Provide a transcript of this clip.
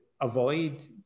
avoid